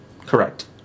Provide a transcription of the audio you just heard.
Correct